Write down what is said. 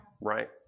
right